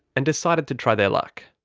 and decided to try their luck.